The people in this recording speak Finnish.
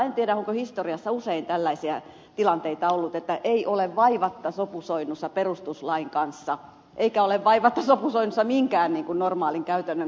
en tiedä onko historiassa usein tällaisia tilanteita ollut että ei ole vaivatta sopusoinnussa perustuslain kanssa eikä ole vaivatta sopusoinnussa minkään normaalin käytännön kanssa